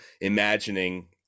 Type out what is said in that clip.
imagining